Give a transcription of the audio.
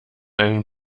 einen